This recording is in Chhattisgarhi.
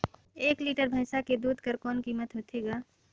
एक लीटर भैंसा के दूध कर कौन कीमत होथे ग?